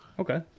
Okay